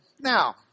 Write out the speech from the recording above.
now